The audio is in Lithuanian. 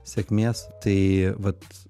sėkmės tai vat